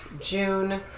June